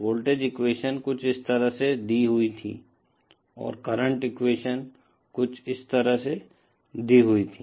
voltage equation कुछ इस तरह से दी हुई थी और करंट एक्वेशन कुछ इस तरह से दी हुई थी